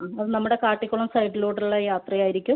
ആ അത് നമ്മുടെ കാട്ടിക്കുളം സൈഡിലോട്ടുള്ള ഒരു യാത്ര ആയിരിക്കും